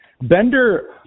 Bender